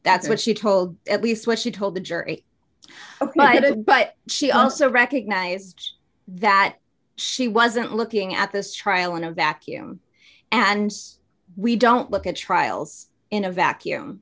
that's what she told at least what she told the jury might have but she also recognized that she wasn't looking at this trial in a vacuum and we don't look at trials in a vacuum